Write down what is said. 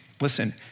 listen